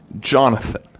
jonathan